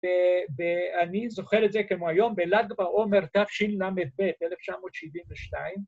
‫ואני זוכר את זה כמו היום, ‫בל"ג בעומר תשל"ב, 1972.